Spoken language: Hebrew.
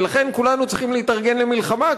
ולכן כולנו צריכים להתארגן למלחמה,